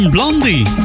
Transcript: Blondie